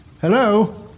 Hello